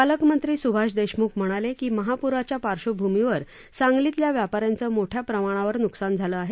पालकमंत्री सुभाष देशमुख म्हणाले की महापुराच्या पार्श्वभूमीवर सांगलीतील व्यापाऱ्यांचे मोठ्या प्रमाणावर नुकसान झालं आहे